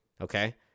Okay